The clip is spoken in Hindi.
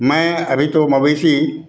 मैं अभी तो मवेशी